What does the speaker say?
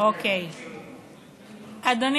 אדוני